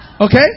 Okay